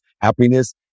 Happiness